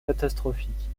catastrophiques